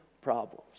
problems